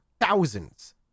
thousands